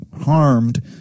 harmed